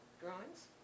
drawings